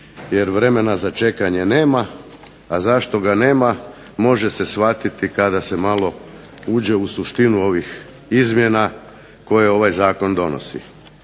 jer vremena za čekanje nema. A zašto ga nema? Može se shvatiti kada se malo uđe u suštinu ovih izmjena koje ovaj zakon donosi